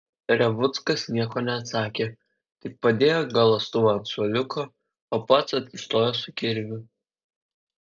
revuckas nieko neatsakė tik padėjo galąstuvą ant suoliuko o pats atsistojo su kirviu